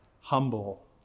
humble